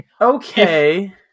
Okay